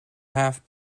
half